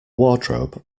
wardrobe